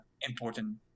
important